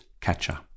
catcher